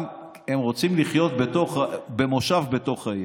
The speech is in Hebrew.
הם רוצים לחיות במושב בתוך העיר.